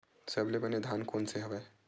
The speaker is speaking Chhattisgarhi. सबले बने धान कोन से हवय?